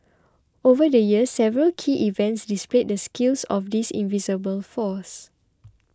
over the years several key events displayed the skills of this invisible force